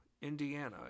Indiana